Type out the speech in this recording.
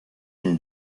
une